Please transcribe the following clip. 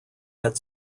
had